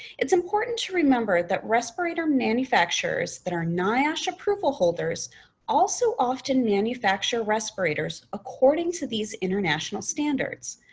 it's important to remember that respirator manufacturers that are niosh approval holders also often manufacture respirators according to these international standards.